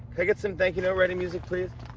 i get some thank-you note writing music, please.